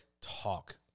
Talk